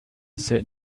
said